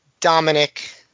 Dominic